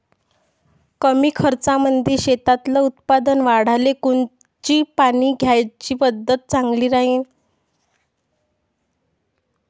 कमी खर्चामंदी शेतातलं उत्पादन वाढाले कोनची पानी द्याची पद्धत चांगली राहीन?